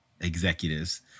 executives